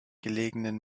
gelegenen